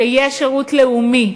שיהיה שירות לאומי,